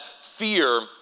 fear